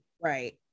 Right